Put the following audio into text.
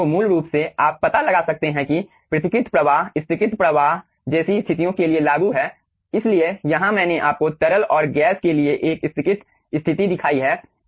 तो मूल रूप से आप पता लगा सकते हैं कि पृथक्कृत प्रवाह स्तरीकृत प्रवाह जैसी स्थितियों के लिए लागू है इसलिए यहां मैंने आपको तरल और गैस के लिए एक स्तरीकृत स्थिति दिखाई है